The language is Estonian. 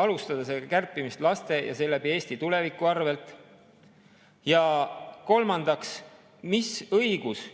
alustada seda kärpimist just laste ja seeläbi Eesti tuleviku arvelt? Ja kolmandaks, mis õigus